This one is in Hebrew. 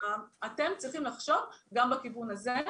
אתם צריכים לחשוב גם בכיוון הזה.